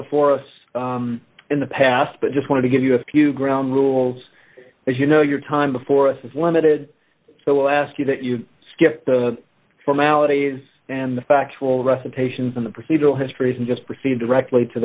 before us in the past but just want to give you a few ground rules as you know your time before us is limited so i ask you that you skip the formalities and the factual recitations in the procedural histories and just proceed directly to